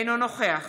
אינו נוכח